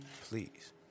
Please